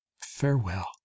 farewell